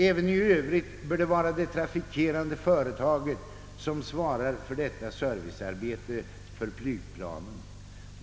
Även i övrigt bör det vara det trafikerande företaget som svarar för detta servicearbete på flygplanet.